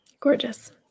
gorgeous